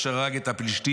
אשר הרג את הפלישתים,